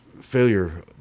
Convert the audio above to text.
failure